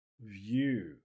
view